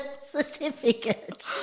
certificate